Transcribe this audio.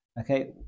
Okay